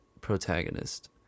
protagonist